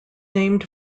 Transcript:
named